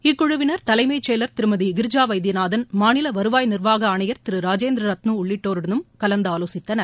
இக்குழுவினர் தலைமைச் செயலர் திருமதி கிரிஜா வைத்தியநாதன் மாநில வருவாய் நிர்வாக ஆணையர் திரு ராஜேந்திர ரத்னு உள்ளிட்டோருடனும் கலந்தாலோசித்தனர்